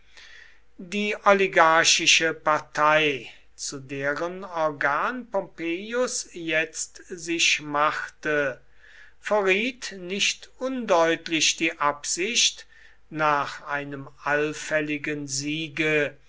die oligarchische partei zu deren organ pompeius jetzt sich machte verriet nicht undeutlich die absicht nach einem allfälligen siege